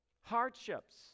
hardships